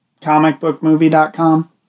comicbookmovie.com